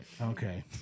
Okay